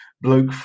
bloke